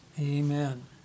Amen